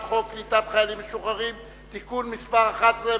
בקריאה שלישית על הצעת חוק קליטת חיילים משוחררים (תיקון מס' 11),